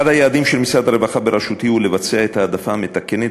אחד היעדים של משרד הרווחה בראשותי הוא לבצע את ההעדפה המתקנת